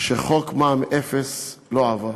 שחוק מע"מ אפס לא עבר.